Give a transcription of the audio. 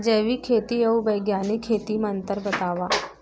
जैविक खेती अऊ बैग्यानिक खेती म अंतर बतावा?